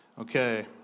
Okay